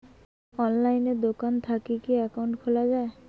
অনলাইনে দোকান থাকি কি একাউন্ট খুলা যায়?